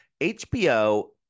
hbo